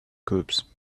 cubes